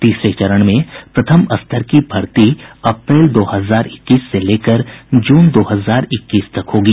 तीसरे चरण में प्रथम स्तर की भर्ती अप्रैल दो हजार इक्कीस से लेकर जून दो हजार इक्कीस तक होगी